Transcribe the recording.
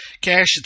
Cash